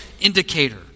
indicator